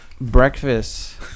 breakfast